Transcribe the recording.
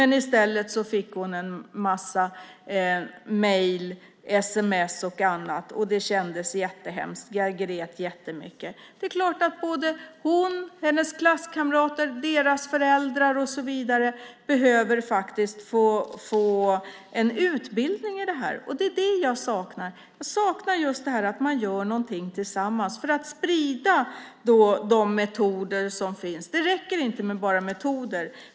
I stället fick hon en massa mejl, sms och annat. Det kändes jättehemskt. "Jag grät jättemycket." Det är klart att hon, hennes klasskamrater, deras föräldrar med flera behöver få en utbildning i det här. Det är det jag saknar. Jag saknar just att man gör någonting tillsammans för att sprida de metoder som finns. Det räcker inte med bara metoder.